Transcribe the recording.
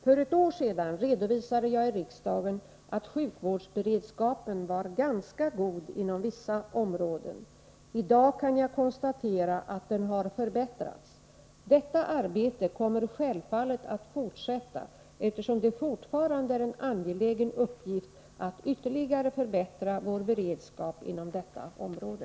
För ett år sedan redovisade jag i riksdagen att sjukvårdsberedskapen var ganska god inom vissa områden. I dag kan jag konstatera att den har förbättrats. Detta arbete kommer självfallet att fortsätta, eftersom det fortfarande är en angelägen uppgift att ytterligare förbättra vår beredskap inom detta område.